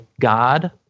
God